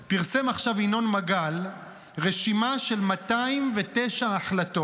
פרסם עכשיו ינון מגל רשימה של 209 החלטות